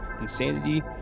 insanity